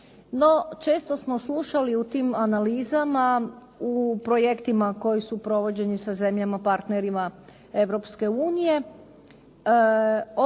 često smo slušali u tim analizama u projektima koji su provođeni sa zemljama partnerima